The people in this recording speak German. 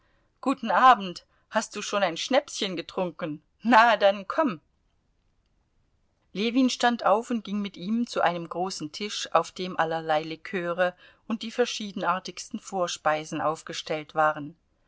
guten abend hast du schon ein schnäpschen getrunken na dann komm ljewin stand auf und ging mit ihm zu einem großen tisch auf dem allerlei liköre und die verschiedenartigsten vorspeisen aufgestellt waren